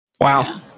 Wow